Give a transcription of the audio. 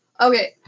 Okay